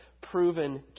proven